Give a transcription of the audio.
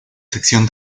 sección